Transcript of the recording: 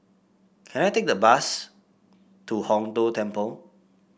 can I take the bus to Hong Tho Temple